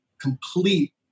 complete